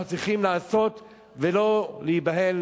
אנחנו צריכים לעשות ולא להיבהל